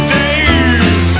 days